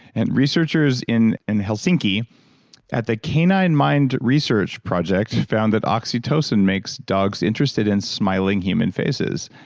and researchers in and helsinki at the k nine mind research project found that oxytocin makes dogs interested in smiling human faces.